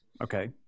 Okay